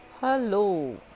Hello